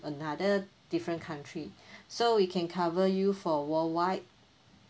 another different country so we can cover you for worldwide